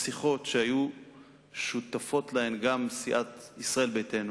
בשיחות שהיו שותפות להן גם סיעת ישראל ביתנו